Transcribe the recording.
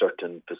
certain